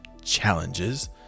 challenges